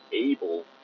able